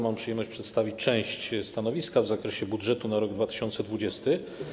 Mam przyjemność przedstawić część stanowiska w zakresie budżetu na rok 2020.